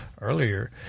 earlier